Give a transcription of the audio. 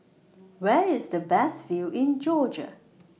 Where IS The Best View in Georgia